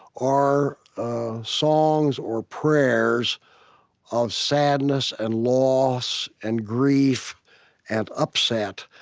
are songs or prayers of sadness and loss and grief and upset,